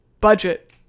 budget